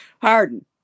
Harden